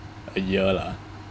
a year lah